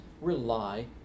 rely